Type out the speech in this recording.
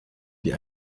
die